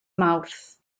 mawrth